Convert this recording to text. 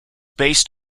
based